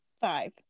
five